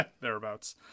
thereabouts